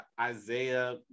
Isaiah